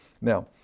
Now